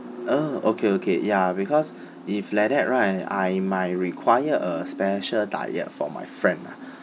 oh okay okay ya because if like that right I might require a special diet for my friend lah